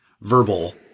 verbal